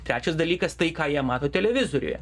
trečias dalykas tai ką jie mato televizoriuje